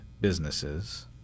businesses